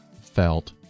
felt